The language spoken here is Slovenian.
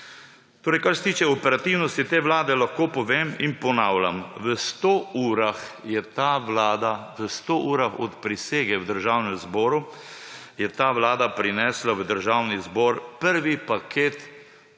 torej kar se tiče operativnosti te vlade, lahko povem in ponavljam, v 100 urah je ta vlada, v 100 urah od prisege v Državnem zboru, je ta vlada prinesla v Državni zbor prvi paket,